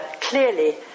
clearly